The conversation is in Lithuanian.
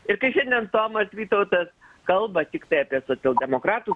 ir kai šiandien tomas vytautas kalba tiktai apie socialdemokratus